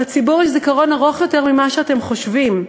לציבור יש זיכרון ארוך יותר ממה שאתם חושבים.